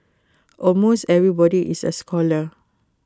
almost everybody is A scholar